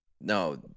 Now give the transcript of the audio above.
No